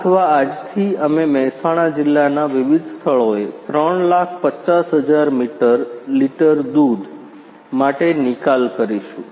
આ અથવા આજથી અમે મહેસાણા જિલ્લાના વિવિધ સ્થળોએ 350000 મીટર લિટર દૂધ માટે નિકાલ કરીશું